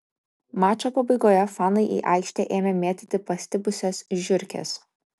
mačo pabaigoje fanai į aikštę ėmė mėtyti pastipusias žiurkes